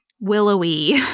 willowy